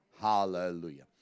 Hallelujah